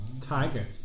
Tiger